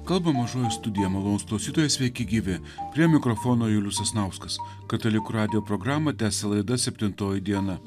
kalba mažoji studija malonūs klausytojai sveiki gyvi prie mikrofono julius sasnauskas katalikų radijo programą tęsia laida septintoji diena